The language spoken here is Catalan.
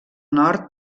nord